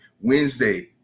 Wednesday